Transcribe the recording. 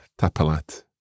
tapalat